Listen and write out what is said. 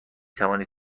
توانید